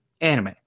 anime